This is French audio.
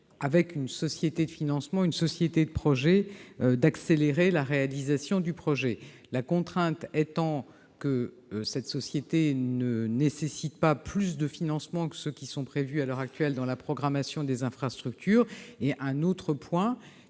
dans le cadre d'une société de projet, d'accélérer la réalisation d'un projet. La contrainte posée, c'est que cette société ne nécessite pas plus de financements que ceux qui sont prévus à l'heure actuelle dans la programmation des infrastructures. Par ailleurs,